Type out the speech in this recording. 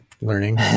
learning